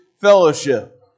fellowship